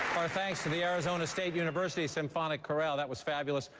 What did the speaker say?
our thanks to the arizona state university symphonic chorale. that was fabulous.